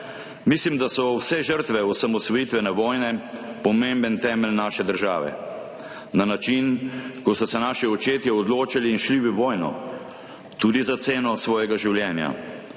Mislim, da so vse žrtve osamosvojitvene vojne pomemben temelj naše države, na način, kot so se naši očetje odločili in šli v vojno, tudi za ceno svojega življenja.